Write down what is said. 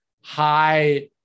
high